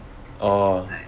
orh